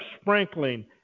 sprinkling